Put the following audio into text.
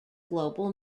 global